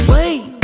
Wait